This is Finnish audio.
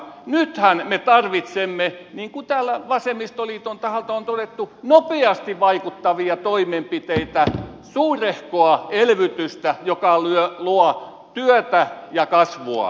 nythän me tarvitsemme niin kuin täällä vasemmistoliiton taholta on todettu nopeasti vaikuttavia toimenpiteitä suurehkoa elvytystä joka luo työtä ja kasvua